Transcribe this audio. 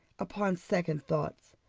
upon second thoughts,